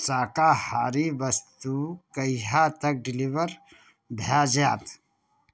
शाकहारी वस्तु कहिया तक डिलीवर भए जाएत